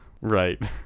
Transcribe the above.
Right